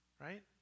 Right